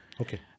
okay